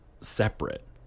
separate